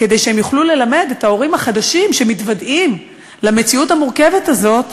כדי שהם יוכלו ללמד את ההורים החדשים שמתוודעים למציאות המורכבת הזאת